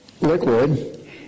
liquid